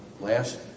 last